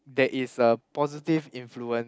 there is a positive influence